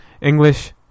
English